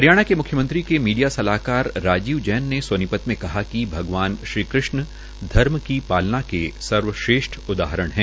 हरियाणा के म्ख्यमंत्री के मीडिया सलाहकार राजीव जैन ने सोनीपत में कहा है कि भगवान श्री कृष्ण धर्म की पालना के सर्वश्रेष्ठ उदाहरण है